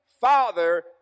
Father